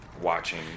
watching